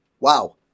Wow